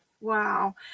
Wow